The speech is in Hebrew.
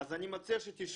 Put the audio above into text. אני מציע שתשבו.